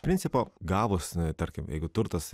principo gavus tarkim jeigu turtas